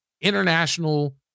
international